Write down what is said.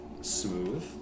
smooth